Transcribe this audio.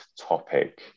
topic